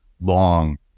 long